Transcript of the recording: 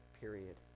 period